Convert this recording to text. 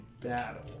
battle